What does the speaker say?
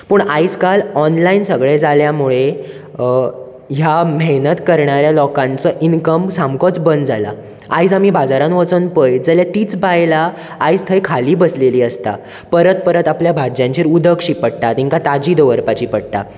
पूण आयज काल ऑनलायन सगळें जाल्या मूळे ह्या मेहनत करणाऱ्यां लोकांचो इनकम सामकोच बंद जाला आयज आमी बाजारांत वचोन पळयत जाल्यार तींच बायलां आयज थंय खाली बसलेली आसतात परत परत आपल्या भाज्यांचेर उदक शिंपडटा तेंकां ताजी दवरपाची पडटा